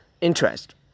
interest